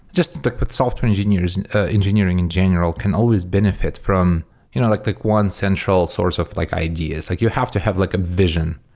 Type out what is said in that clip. just like with software engineering engineering in general can always benefit from you know like the one central source of like ideas. you have to have like a vision,